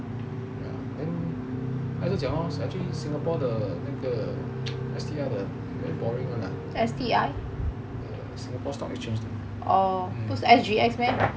and 她就讲 lor actually singapore 的那个 S_T_I like boring singapore stock exchange